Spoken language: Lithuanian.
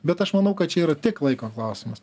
bet aš manau kad čia yra tik laiko klausimas